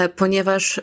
ponieważ